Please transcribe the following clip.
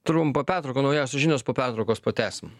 trumpą pertrauką naujausios žinios po pertraukos pratęsim